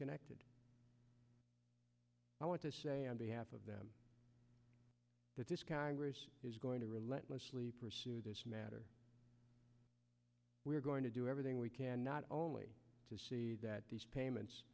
connected i want to say on behalf of them that this congress is going to relentlessly pursue this matter we're going to do everything we can not only to see that these payments